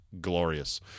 glorious